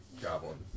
Goblin